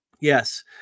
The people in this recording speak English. Yes